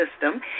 system